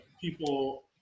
people